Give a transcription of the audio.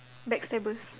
backstabbers